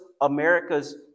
America's